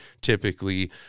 typically